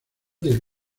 del